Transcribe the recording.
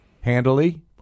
Handily